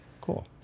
Cool